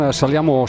saliamo